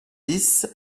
dix